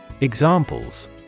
Examples